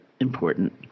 important